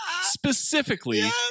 Specifically